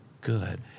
Good